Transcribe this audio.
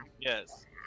yes